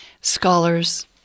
scholars